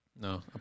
No